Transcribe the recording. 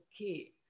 okay